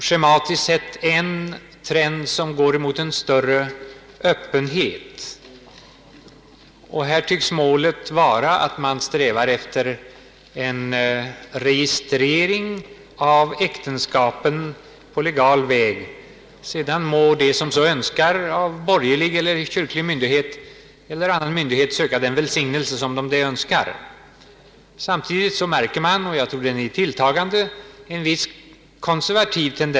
Schematiskt sett är det en trend som går mot en större öppenhet, och här tycks målet vara att sträva efter en registrering av äktenskapen på legal väg. Sedan må de som så önskar söka välsignelse hos borgerlig, kyrklig eller annan myndighet. Samtidigt märker man en konservativ tendens, och den tror jag är tilltagande.